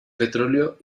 petróleo